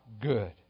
good